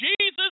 Jesus